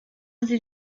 sie